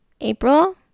April